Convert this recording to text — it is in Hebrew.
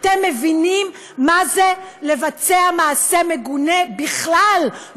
אתם מבינים מה זה לבצע מעשה מגונה בכלל,